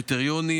קריטריונים,